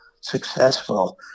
successful